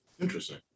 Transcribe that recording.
Interesting